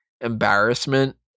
embarrassment